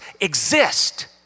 exist